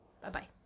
Bye-bye